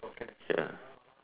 ya